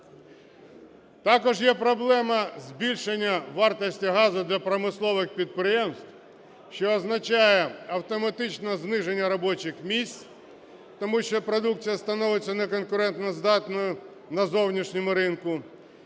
Також є проблема збільшення вартості газу для промислових підприємств, що означає автоматичне зниження робочих місць, тому що продукція становиться неконкурентноздатною на зовнішньому ринку,